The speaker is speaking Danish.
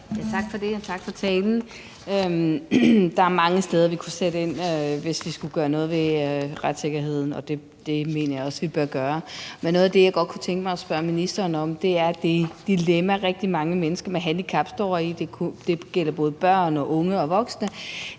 Tak for det, og tak for talen. Der er mange steder, vi kunne sætte ind, hvis vi skulle gøre noget ved retssikkerheden, og det mener jeg også vi bør gøre. Men noget af det, jeg godt kunne tænke mig at spørge ministeren til, er det dilemma, rigtig mange mennesker med handicap står i – det gælder både børn, unge og voksne